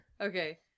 Okay